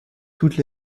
toutes